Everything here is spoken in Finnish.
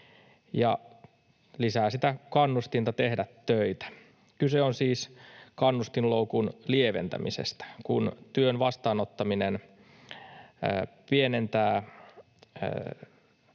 ja lisää kannustinta tehdä töitä. Kyse on siis kannustinloukun lieventämisestä. Työn verotuksen keventäminen pienentää